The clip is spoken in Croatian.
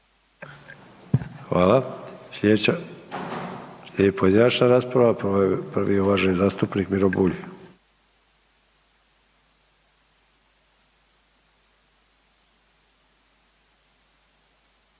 Hvala. Sljedeća pojedinačna rasprava. Prvi je uvaženi zastupnik Miro Bulj.